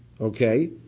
Okay